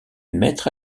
maître